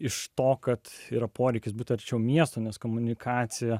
iš to kad yra poreikis būti arčiau miesto nes komunikacija